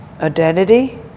identity